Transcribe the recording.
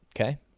Okay